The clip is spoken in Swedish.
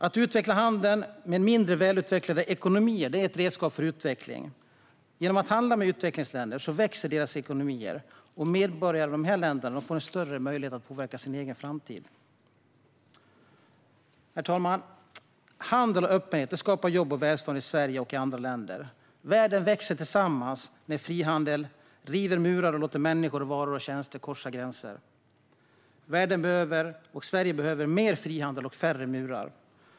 Att utveckla handeln med mindre välutvecklade ekonomier är ett redskap för utveckling. Genom att man handlar med utvecklingsländer växer deras ekonomier, och medborgare i dessa länder får större möjlighet att påverka sin egen framtid. Herr talman! Handel och öppenhet skapar jobb och välstånd i Sverige och i andra länder. Världens länder växer tillsammans när frihandel river murar och låter människor, varor och tjänster korsa gränserna. Världen och Sverige behöver mer frihandel och färre murar.